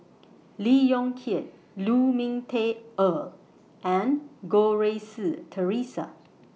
Lee Yong Kiat Lu Ming Teh Earl and Goh Rui Si Theresa